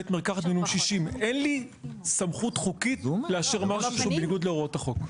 בית מרקחת 60. אין לי סמכות חוקית לאשר משהו שהוא בניגוד להוראות החוק.